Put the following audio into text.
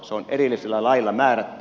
se on erillisellä lailla määrätty